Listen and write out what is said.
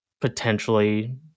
potentially